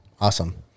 Awesome